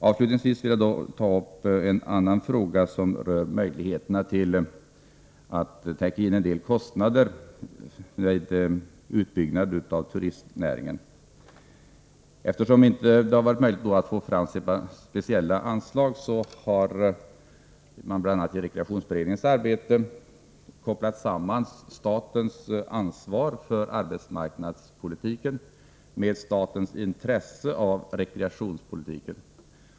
Avslutningsvis vill jag ta upp ett avsnitt som rör möjligheterna att täcka en del kostnader i samband med en utbyggnad av turistnäringen. Eftersom det inte har varit möjligt att få fram speciella anslag, har man bl.a. i rekreationsberedningens arbete kopplat samman statens ansvar för arbetsmarknadspolitiken med statens intresse av rekreationspolitiken.